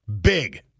Big